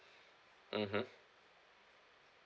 mmhmm